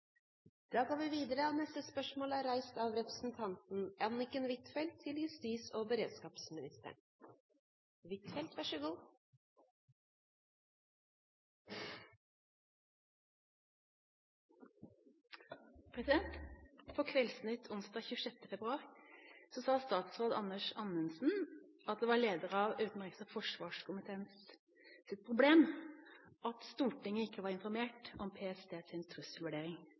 Kveldsnytt onsdag 26. februar sa statsråd Anders Anundsen at det var leder av utenriks- og forsvarskomiteens problem at Stortinget ikke var informert om PST sin trusselvurdering.